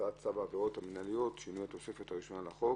הצעת צו העבירות המנהליות (שינוי התוספת הראשונה לחוק),